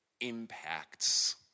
impacts